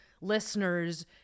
listeners